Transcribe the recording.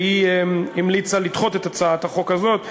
והיא המליצה לדחות את הצעת החוק הזאת,